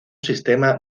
sistema